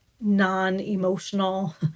non-emotional